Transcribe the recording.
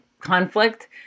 conflict